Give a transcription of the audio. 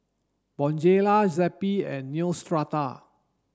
Bonjela Zappy and Neostrata